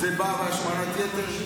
זה בא בהשמנת יתר,